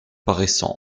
paraissant